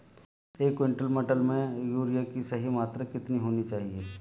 एक क्विंटल मटर में यूरिया की सही मात्रा कितनी होनी चाहिए?